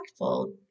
impactful